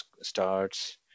starts